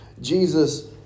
Jesus